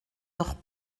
dors